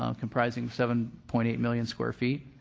um comprising seven point eight million square feet